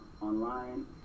online